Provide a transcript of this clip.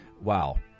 wow